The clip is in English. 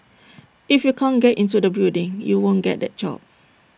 if you can't get into the building you won't get that job